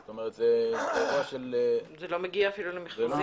זאת אומרת זה ---- זה לא מגיע אפילו למכרזים.